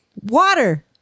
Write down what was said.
water